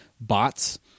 bots